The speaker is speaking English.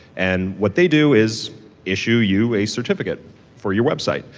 and what they do is issue you a certificate for your website.